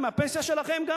מהפנסיה שלנו.